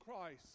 Christ